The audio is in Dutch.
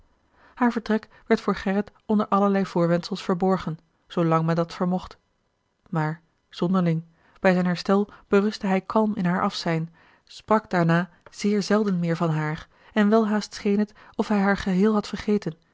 haar vertrek werd voor gerrit onder allerlei voorwendsels verborgen zoolang men dat vermocht maar zonderling bij zijn herstel beruste hij kalm in haar afzijn sprak daarna zeer zelden meer van haar en welhaast scheen het of hij haar geheel had vergeten